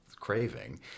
craving